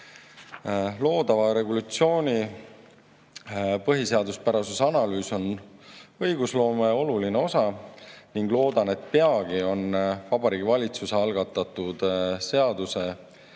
Loodava regulatsiooni põhiseaduspärasuse analüüs on õigusloome oluline osa ning loodan, et peagi on Vabariigi Valitsuse algatatud seaduseelnõude